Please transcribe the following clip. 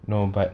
no but